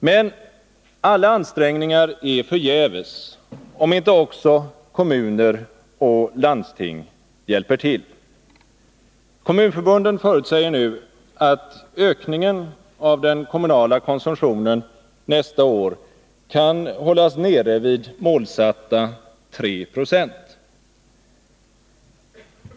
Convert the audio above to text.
Men alla ansträngningar är förgäves, om inte också kommuner och landsting hjälper till. Kommunförbunden förutsäger nu att ökningen av den kommunala konsumtionen nästa år kan hållas nere vid målsatta 3 20.